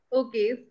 Okay